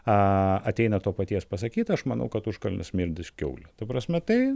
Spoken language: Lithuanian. a ateina to paties pasakyt aš manau kad užkalnis smirdi kiaule ta prasme tai